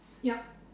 yup